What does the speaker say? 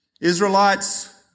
Israelites